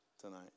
tonight